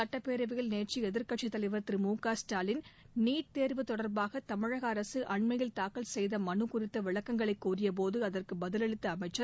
சுட்டப்பேரவையில் நேற்று எதிர்க்கட்சித்தலைவர் திரு முகஸ்டாலின் நீட் தேர்வு தொடர்பாக தமிழக அரசு அண்மையில் தாக்கல் செய்த மனு குறித்த விளக்கங்களை கோரிய போது அதற்கு பதிலளித்த அமைச்சர்